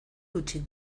hutsik